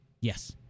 Yes